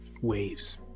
waves